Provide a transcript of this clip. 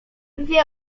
wie